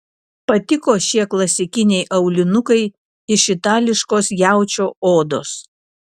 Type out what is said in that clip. patiko šie klasikiniai aulinukai iš itališkos jaučio odos